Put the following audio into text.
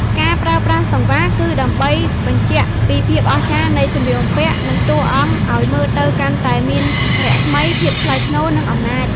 ការប្រើប្រាស់សង្វារគឺដើម្បី បញ្ជាក់ពីភាពអស្ចារ្យនៃសម្លៀកបំពាក់ និង តួអង្គ ឱ្យមើលទៅកាន់តែមានរស្មី ភាពថ្លៃថ្នូរ និងអំណាច។